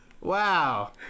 Wow